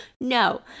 no